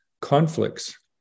conflicts